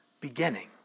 beginning